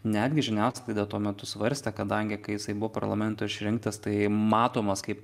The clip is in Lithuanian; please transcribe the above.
netgi žiniasklaida tuo metu svarstė kadangi kai jisai buvo parlamento išrinktas tai matomas kaip